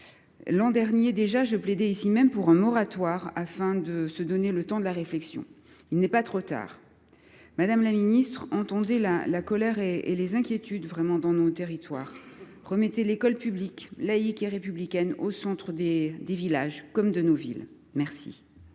L’an dernier déjà je plaidais ici même pour un moratoire, afin de nous donner le temps de la réflexion. Il n’est pas trop tard. Le Gouvernement doit entendre la colère et les inquiétudes dans nos territoires et remettre l’école publique, laïque et républicaine au centre de nos villages comme de nos villes !